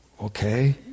Okay